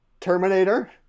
terminator